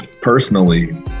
personally